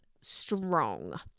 strong